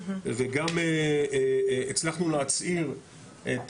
וגם הצלחנו להצעיר את